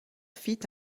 fit